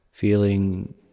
Feeling